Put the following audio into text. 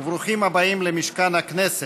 וברוכים הבאים למשכן הכנסת,